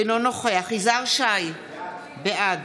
אינו נוכח יזהר שי, בעד